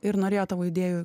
ir norėjo tavo idėjų